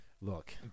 Look